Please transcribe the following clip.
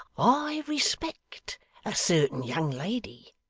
i respect a certain young lady,